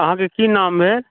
अहाँके की नाम भेल